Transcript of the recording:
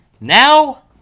now